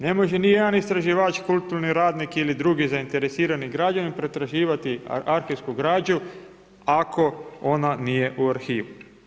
Ne može ni jedan istraživač, kulturni radnik ili drugi zainteresirani građanin, pretraživati arhivsku građu, ako ona nije u arhivu.